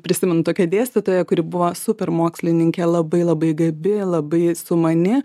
prisimenu tokią dėstytoją kuri buvo super mokslininke labai labai gabi labai sumani